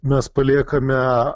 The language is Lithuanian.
mes paliekame